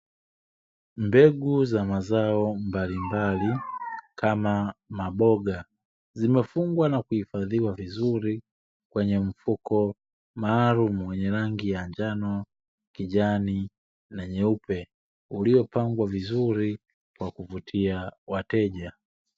Mbegu za mazao mbalimbali kama maboga, zimefungwa na khifadhiwa vizuri kwenye mfuko maalumu wenye rangi ya njano, kijani na nyeupe; uliopangwa vizuri kwa kuvutia wateja.